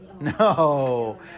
No